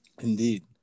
Indeed